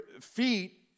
feet